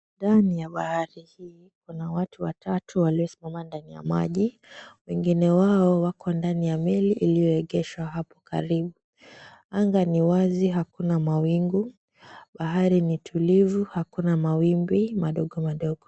Ndani ya bahari hii kuna watu watatu waliosimama ndani ya maji, wengine wao wako ndani ya meli iliyoegeshwa hapo karibu. Anga ni wazi hakuna mawingu. Bahari ni tulivu hakuna mawimbi madogo madogo.